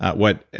what,